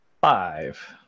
Five